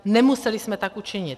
Nemuseli jsme tak učinit.